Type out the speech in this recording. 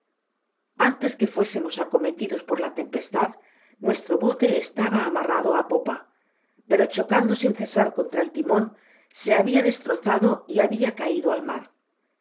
antes que fuésemos acometidos por la tempestad nuestro bote estaba amarrado á la popa pero chocando s in cesar contra el timon se habia destrozado y habia caido al mar por